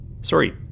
Sorry